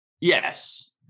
Yes